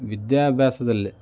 ವಿದ್ಯಾಭ್ಯಾಸದಲ್ಲಿ